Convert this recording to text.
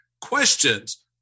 questions